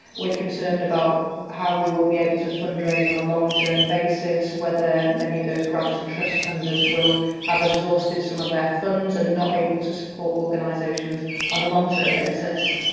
we're concerned about how we will be able to fundraise on a long-term basis, whether many of those grants and trust funders will have exhausted some of their funds and not able to support organisations on a long-term basis.